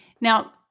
Now